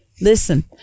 Listen